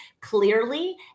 clearly